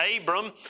Abram